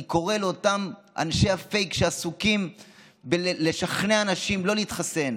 אני קורא לאותם אנשי הפייק שעסוקים בלשכנע אנשים לא להתחסן: